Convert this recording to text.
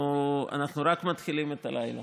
אנחנו רק מתחילים את הלילה.